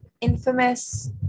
infamous